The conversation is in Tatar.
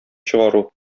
чыгару